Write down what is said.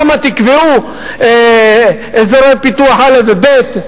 שם תקבעו אזורי פיתוח א' וב',